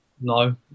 no